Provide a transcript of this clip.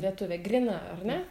lietuvė gryna ar ne